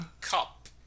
cup